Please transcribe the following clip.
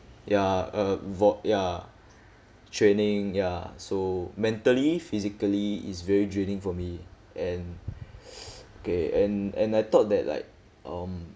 ya a vault ya training ya so mentally physically is very draining for me and okay and and I thought that like um